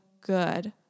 good